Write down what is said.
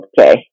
okay